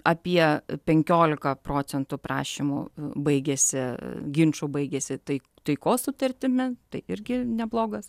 apie penkiolika procentų prašymų baigiasi ginčų baigiasi tai taikos sutartimi tai irgi neblogas